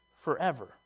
forever